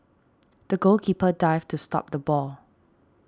the goalkeeper dived to stop the ball